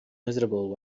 miserable